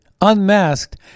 unmasked